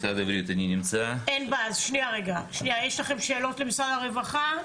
יש לכם שאלות למשרד הרווחה?